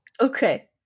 Okay